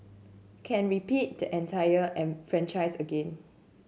can repeat the entire franchise again